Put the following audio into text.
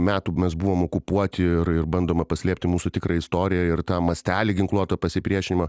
metų mes buvom okupuoti ir ir bandoma paslėpti mūsų tikrą istoriją ir tą mastelį ginkluoto pasipriešinimą